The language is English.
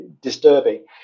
disturbing